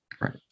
Right